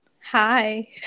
Hi